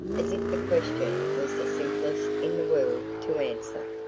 as if the question was the simplest in the world to answer.